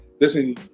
listen